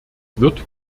wird